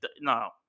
no